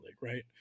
Right